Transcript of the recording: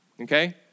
Okay